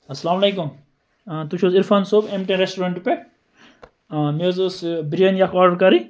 اَسلام علیکُم تُہۍ چھِو حٕظ Irfan sahab M T A restaurant پیٚٹھٕ مےٚ حٕظ ٲس بِریٲنی اکھ آرڈَر کَرٕنۍ